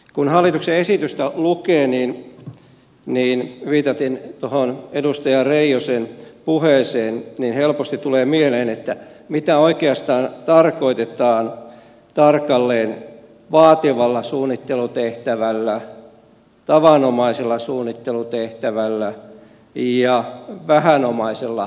kun hallituksen esitystä lukee niin viitaten tuohon edustaja reijosen puheeseen helposti tulee mieleen mitä oikeastaan tarkoitetaan tarkalleen vaativalla suunnittelutehtävällä tavanomaisella suunnittelutehtävällä ja vähänomaisella suunnittelutehtävällä